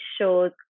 shows